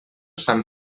sant